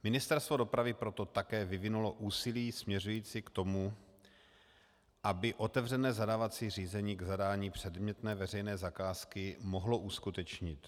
Ministerstvo dopravy proto také vyvinulo úsilí směřující k tomu, aby otevřené zadávací řízení k zadání předmětné veřejné zakázky mohlo uskutečnit.